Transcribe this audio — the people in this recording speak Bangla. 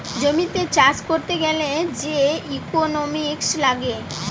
জমিতে চাষ করতে গ্যালে যে ইকোনোমিক্স লাগে